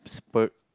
for